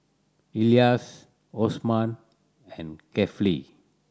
Elyas Osman and Kefli